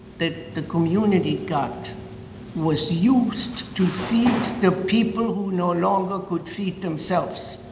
that the community got was used to feed the people who no longer could feed themselves.